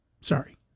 Sorry